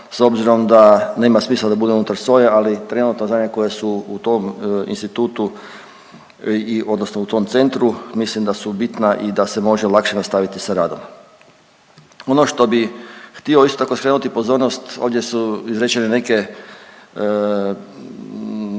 s obzirom da nema smisla da bude unutar SOA-e ali trenutna znanja koja su u tom institutu odnosno u tom centru, mislim da su bitna i da se može lakše nastaviti sa radom. Ono što bi htio isto tako skrenuti pozornost, ovdje su izrečene neke,